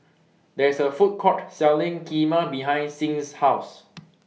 There IS A Food Court Selling Kheema behind Sing's House